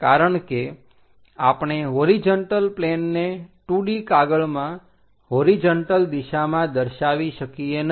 કારણ કે આપણે હોરીજન્ટલ પ્લેનને 2D કાગળમાં હોરીજન્ટલ દિશામાં દર્શાવી શકીએ નહીં